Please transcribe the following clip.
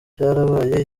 byarabaye